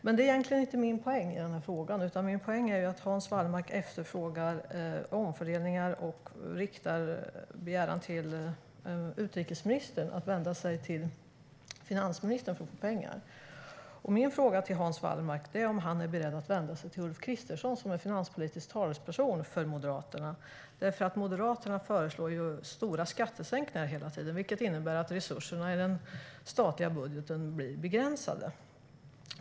Men det är egentligen inte min poäng i den här frågan, utan min poäng är att Hans Wallmark efterfrågar omfördelningar och riktar en begäran till utrikesministern att hon ska vända sig till finansministern för att få pengar. Min fråga till Hans Wallmark är om han är beredd att vända sig till Ulf Kristersson, som är finanspolitisk talesperson för Moderaterna. Ni moderater föreslår ju hela tiden stora skattesänkningar, vilket innebär att resurserna i den statliga budgeten blir begränsade.